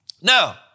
Now